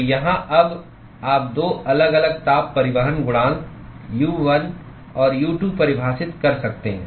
तो यहां अब आप दो अलग अलग ताप परिवहन गुणांक U1 और U2 परिभाषित कर सकते हैं